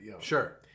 Sure